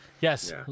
yes